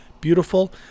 Beautiful